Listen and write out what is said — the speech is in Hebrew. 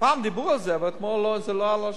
פעם דיברו על זה, אבל אתמול זה לא היה על השולחן.